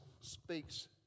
speaks